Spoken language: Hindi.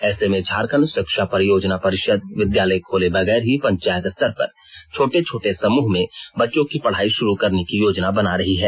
ऐसे में झारखंड शिक्षा परियोजना परिषद विद्यालय खोले बगैर ही पंचायत स्तर पर छोटे छोटे समूह में बच्चों की पढ़ाई शुरू करने की योजना बना रही है